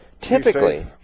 Typically